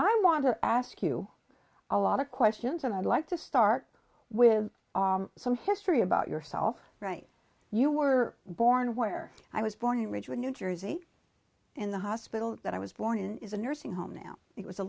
i want to ask you a lot of questions and i'd like to start with some history about yourself right you were born where i was born in ridgewood new jersey and the hospital that i was born in is a nursing home now it was a